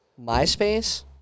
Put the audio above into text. MySpace